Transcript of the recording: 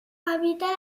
habita